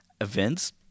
events